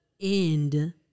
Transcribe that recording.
end